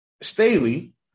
Staley